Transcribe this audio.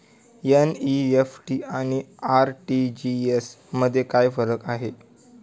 NEFT आणि RTGS मध्ये काय फरक आहे?